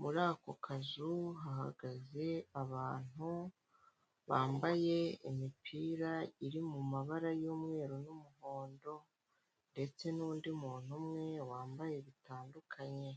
muri ako kazu hahagaze abantu bambaye imipira iri mu mabara y'umweru n'umuhondo, ndetse n'undi muntu umwe wambaye bitandukanye.